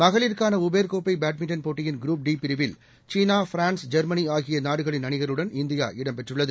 மகளிருக்கான உபேர் கோப்பை பேட்மின்டன் போட்டியின் குரூப் டி பிரிவில் சீனா ஃபிரான்ஸ் ஜெர்மனி ஆகிய நாடுகளின் அணிகளுடன் இந்தியா இடம்பெற்றுள்ளது